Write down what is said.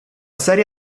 serie